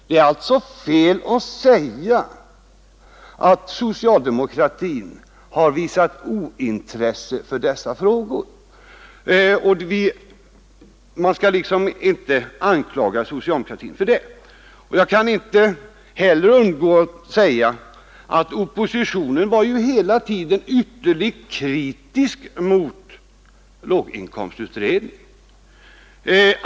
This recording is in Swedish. Det är alltså fel att säga att socialdemokratin har visat ointresse för dessa frågor — något sådant kan man inte anklaga socialdemokratin för. Jag kan inte heller underlåta att säga att oppositionen hela tiden var ytterligt kritisk mot låginkomstutredningen.